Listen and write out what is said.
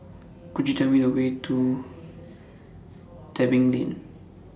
Could YOU Tell Me The Way to Tebing Lane